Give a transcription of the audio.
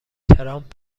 ترامپ